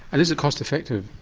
and is it cost effective?